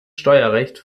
steuerrecht